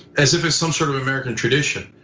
as if it's some sort of american tradition,